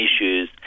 issues